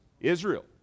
Israel